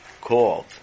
called